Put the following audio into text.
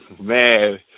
man